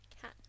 Cat